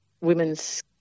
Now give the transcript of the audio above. women's –